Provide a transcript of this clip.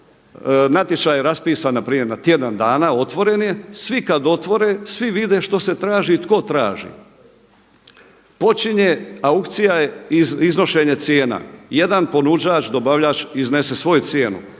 natječaj je raspisan npr. na tjedan dana otvoreni je, svi kad otvore svi vide što se traži i tko traži. Počinje, aukcija je iznošenje cijena, jedan ponuđač, dobavljač iznese svoju cijenu,